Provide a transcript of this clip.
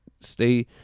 stay